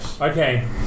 Okay